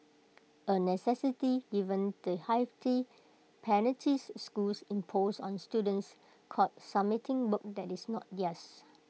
A necessity given the hefty penalties schools impose on students caught submitting work that is not theirs